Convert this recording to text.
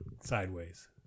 sideways